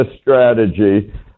strategy